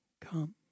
come